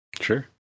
Sure